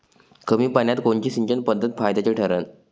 कमी पान्यात कोनची सिंचन पद्धत फायद्याची ठरन?